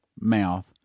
mouth